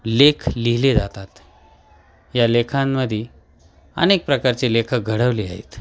लेख लिहिले जातात या लेखांमध्ये अनेक प्रकारचे लेखक घडवले आहेत